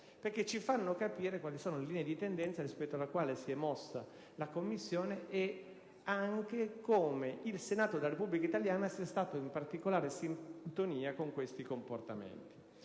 perché ci fanno capire quali sono le linee di tendenza rispetto alle quali si è mossa la Commissione e anche come il Senato della Repubblica italiana sia stato in particolare sintonia con questi comportamenti.